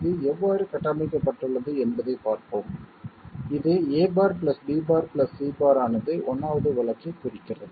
இது எவ்வாறு கட்டமைக்கப்பட்டுள்ளது என்பதைப் பார்ப்போம் இது a' b' c' ஆனது 1வது வழக்கைக் குறிக்கிறது